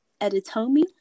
Editomi